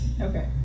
Okay